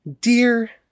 Dear